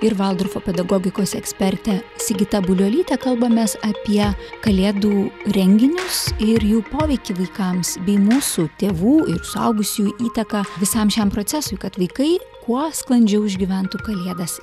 ir valdorfo pedagogikos eksperte sigita buliuolyte kalbamės apie kalėdų renginius ir jų poveikį vaikams bei mūsų tėvų ir suaugusiųjų įtaką visam šiam procesui kad vaikai kuo sklandžiau išgyventų kalėdas